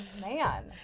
man